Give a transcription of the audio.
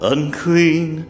Unclean